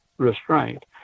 restraint